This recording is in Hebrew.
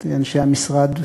את אנשי המשרד,